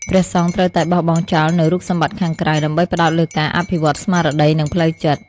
ព្រះសង្ឃត្រូវតែបោះបង់ចោលនូវរូបសម្បត្តិខាងក្រៅ ដើម្បីផ្តោតលើការអភិវឌ្ឍន៍ស្មារតី និងផ្លូវចិត្ត។